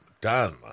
done